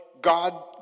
God